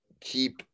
keep